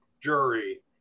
jury